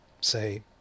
say